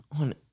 on